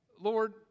Lord